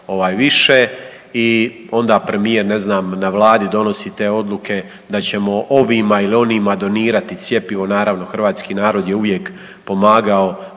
više. I onda premijer, ne znam na Vladi donosi te odluke da ćemo ovima ili onima donirati cjepivo. Naravno hrvatski narod je uvijek pomagao